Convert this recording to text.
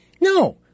No